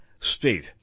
state